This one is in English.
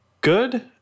good